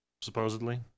supposedly